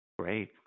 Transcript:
Great